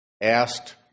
asked